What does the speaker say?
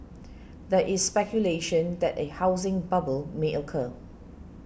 there is speculation that a housing bubble may occur